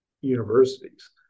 universities